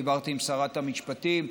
עם שרת המשפטים.